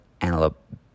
antelope